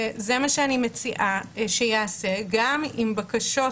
וזה מה שאני מציעה שייעשה גם עם בקשות